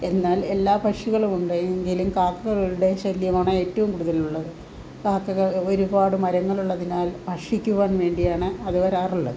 എന്നാൽ എല്ലാ പക്ഷികളുമുണ്ട് എങ്കിലും കാക്കകളുടെ ശല്യമാണ് ഏറ്റവും കൂടുതലുള്ളത് കാക്കകൾ ഒരുപാട് മരങ്ങളുള്ളതിനാൽ ഭക്ഷിക്കുവാൻ വേണ്ടിയാണ് അതു വരാറുള്ളത്